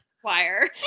choir